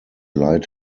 light